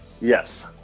Yes